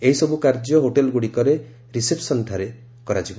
ଏହିସବୁ କାର୍ଯ୍ୟ ହୋଟେଲ୍ଗୁଡ଼ିକର ରିସିପ୍ସନ୍ଠାରେ କରାଯିବ